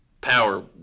Power